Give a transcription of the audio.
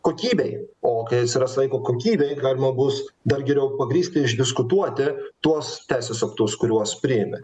kokybei o kai atsiras laiko kokybei galima bus dar geriau pagrįsti išdiskutuoti tuos teisės aktus kuriuos priėmė